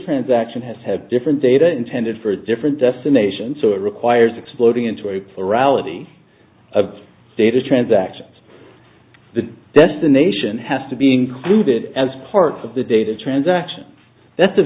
transaction has had different data intended for a different destination so it requires exploding into a plurality of data transactions the destination has to be included as part of the data transaction that's a